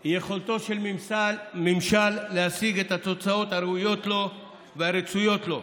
היא יכולתו של ממשל להשיג את התוצאות הראויות לו והרצויות לו,